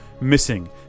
missing